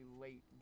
late